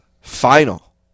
final